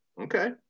Okay